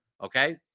Okay